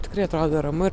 tikrai atrodo ramu